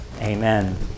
Amen